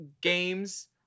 games